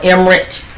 Emirates